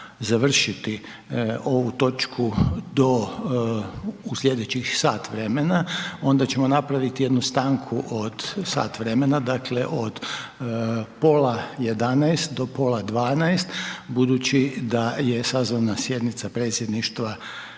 završiti ovu točku do, u slijedećih sat vremena, onda ćemo napraviti jednu stanku od sat vremena, dakle od pola 11 do pola 12 budući da je sazvana sjednica Predsjedništva